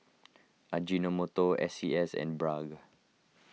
Ajinomoto S C S and Bragg